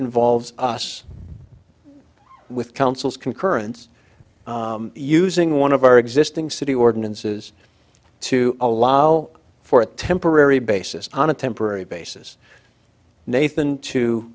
involves us with councils concurrence using one of our existing city ordinances to allow for a temporary basis on a temporary basis nathan to